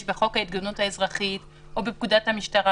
בחוק ההתגוננות האזרחית או בפקודת המשטרה,